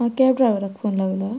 आं कॅब ड्रायवराक फोन लागला